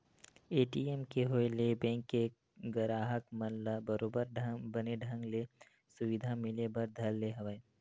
ATM के होय ले बेंक के गराहक मन ल बरोबर बने ढंग ले सुबिधा मिले बर धर ले हवय